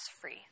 free